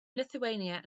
lithuania